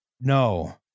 No